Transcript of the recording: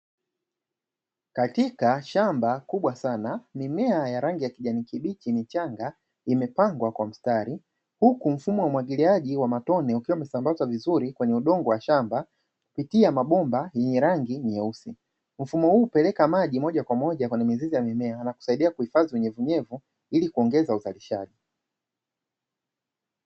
Katika shamba kubwa sana mimea ya rangi ya kijani kibichi michanga imepangwa kwa mstari, huku mfumo wa umwagiliaji wa matone ukiwa umesambazwa vizuri kwenye udongo wa shamba kupitia mabomba yenye rangi nyeusi. Mfumo huu hupeleka maji moja kwa moja kwenye mizizi ya mimea na kusaidia kuhifadhi unyevunyevu ili kuongeza uzalishaji.